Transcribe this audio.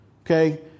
Okay